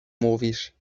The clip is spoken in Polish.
mówisz